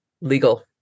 legal